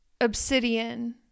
obsidian